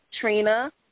Trina